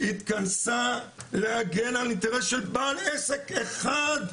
התכנסה להגן על אינטרס של בעל עסק אחד,